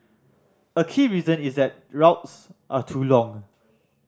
a key reason is that routes are too long